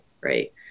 right